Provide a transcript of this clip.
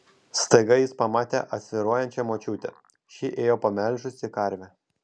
staiga jis pamatė atsvyruojančią močiutę ši ėjo pamelžusi karvę